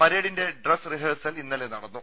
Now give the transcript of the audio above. പരേഡിന്റെ dress rehearsal ഇന്നലെ നടന്നു